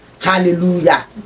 Hallelujah